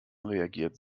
reagiert